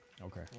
Okay